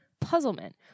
puzzlement